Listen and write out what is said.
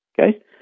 Okay